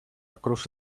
across